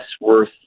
worth